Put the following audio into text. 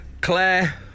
Claire